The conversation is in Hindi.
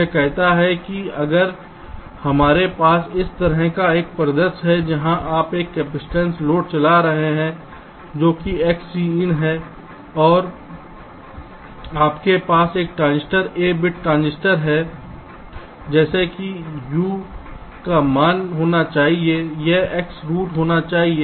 यह कहता है कि अगर हमारे पास इस तरह का एक परिदृश्य है जहां आप एक कैपेसिटिव लोड चला रहे हैं जो कि XCin है और आपके पास एक ट्रांजिस्टर ए बिट ट्रांजिस्टर है जैसे कि U का मान क्या होना चाहिए यह X होना चाहिए